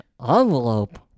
Envelope